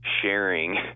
sharing